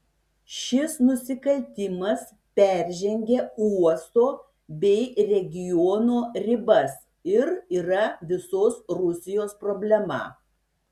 šis nusikaltimas peržengia uosto bei regiono ribas ir yra visos rusijos problema